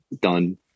done